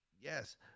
Yes